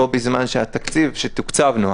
בו בזמן שהתקציב שתוקצבנו,